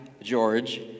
George